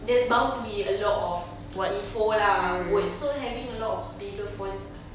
there's bound to be a lot of info lah words so having a lot of bigger fonts